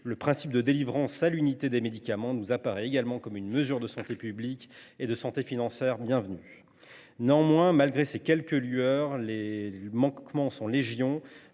Le principe de délivrance à l’unité des médicaments nous apparaît également être une mesure de santé publique et de santé financière bienvenue. Néanmoins, malgré ces quelques lueurs, les manquements sont légion.